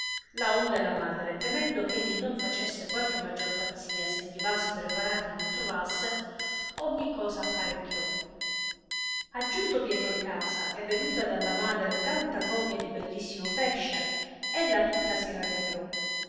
madre temendo eh egli non facesse qualche maggior pazzia se gli vasi preparati non trovasse ogni cosa apparecchiò aggiunto pietro a casa e veduta dalla madre tanta copia di bellissimo pesce ella tutta si rallegrò